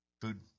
food